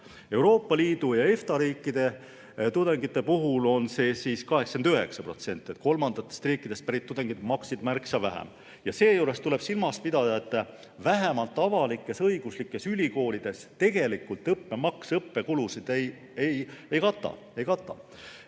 Euroopa Liidu ja EFTA riikide tudengite puhul on see 89%. Kolmandatest riikidest pärit tudengid maksid märksa vähem. Seejuures tuleb silmas pidada, et vähemalt avalik-õiguslikes ülikoolides tegelikult õppemaks õppekulusid ei kata. Nii maksab